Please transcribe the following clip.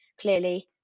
clearly